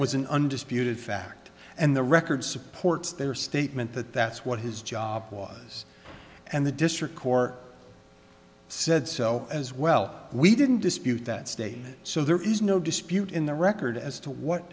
was an undisputed fact and the record supports their statement that that's what his job was and the district court i said so as well we didn't dispute that statement so there is no dispute in the record as to what